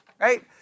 right